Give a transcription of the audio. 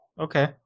Okay